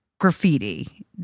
graffiti